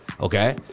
Okay